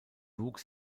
wuchs